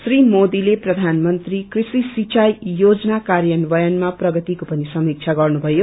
श्री मोदीले प्रबानमंत्री कृषि सिंखई योजना कार्यान्वयनमा प्रगतिकोपनि समीक्षा गर्नुभयो